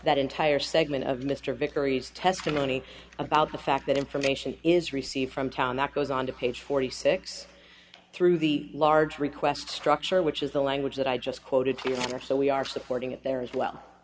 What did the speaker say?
that entire segment of mr vickery's testimony about the fact that information is received from town that goes on to page forty six through the large request structure which is the language that i just quoted to you your so we are supporting it there as well